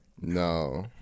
No